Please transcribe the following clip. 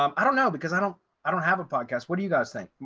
um i don't know because i don't i don't have a podcast. what do you guys think,